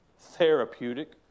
Therapeutic